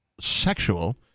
sexual